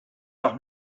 doch